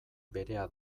berea